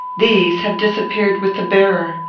these have disappeared with the bearer.